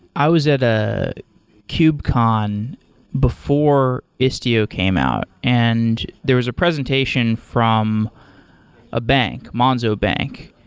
i was at ah kubecon before istio came out, and there is a presentation from a bank, manzo bank,